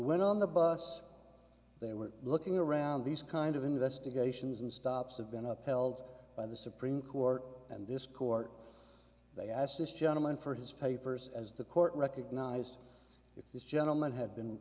went on the bus they were looking around these kind of investigations and stops have been upheld by the supreme court and this court they asked this gentleman for his papers as the court recognized if this gentleman had been